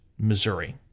Missouri